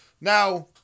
Now